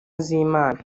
z’imana